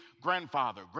grandfather